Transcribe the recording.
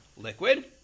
liquid